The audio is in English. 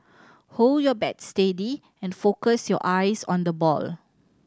hold your bat steady and focus your eyes on the ball